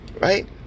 Right